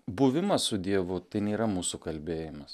buvimas su dievu tai nėra mūsų kalbėjimas